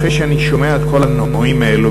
אחרי שאני שומע את כל הנאומים האלה,